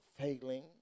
failing